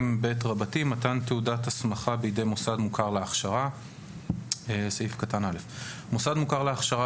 מתן תעודת הסמכה בידי מוסד מוכר להכשרה 2ב. (א)מוסד מוכר להכשרה